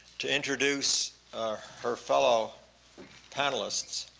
to introduce her fellow panelists,